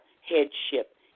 headship